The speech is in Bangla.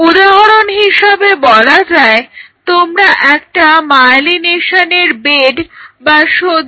উদাহরণ হিসেবে বলা যায় তোমরা একটা মায়েলিনেশনের বেড বা শয্যা গঠন করো